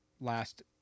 last